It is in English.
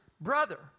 brother